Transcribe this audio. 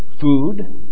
food